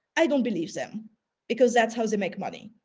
i don't believe them because that's how they make money.